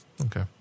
okay